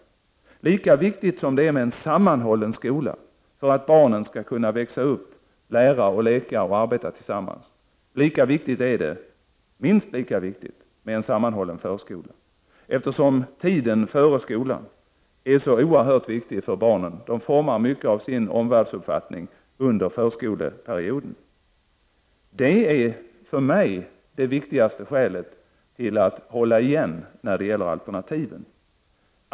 Minst lika viktigt som det är med en sammanhållen skola för att barnen skall kunna växa upp, lära, leka och arbeta tillsammans, är det med en sammanhållen förskola, eftersom tiden före skolan är så oerhört viktig för barnen. De formar mycket av sin omvärldsuppfattning under förskoleperioden. Det är för mig det viktigaste skälet till att hålla igen beträffande alterantiven.